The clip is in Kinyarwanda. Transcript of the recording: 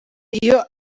iyo